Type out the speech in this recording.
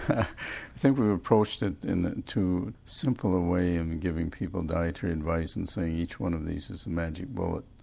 i think we've approached it in too simple ah way a of and giving people dietary advice and saying each one of these is a magic bullet.